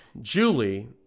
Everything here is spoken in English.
Julie